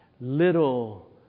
little